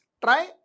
try